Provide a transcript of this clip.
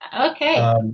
Okay